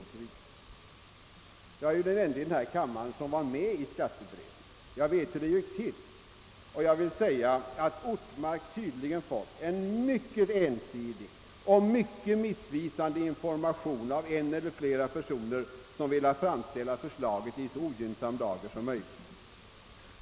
Jag är den ende i denna kammare som var med i skatteberedningen, och jag vet hur det gick till där. Jag vill säga att Ortmark tydligen har fått en mycket ensidig och missvisande information av en eller flera personer, som velat framställa förslaget i så ogynnsam dager som möjligt.